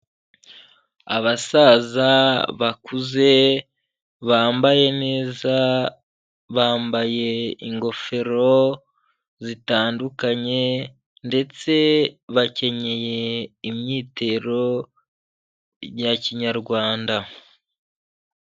Abasaza bakuze, bambaye neza, bambaye ingofero zitandukanye ndetse bakenyeye imyitero ya kinyarwanda.